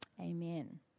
Amen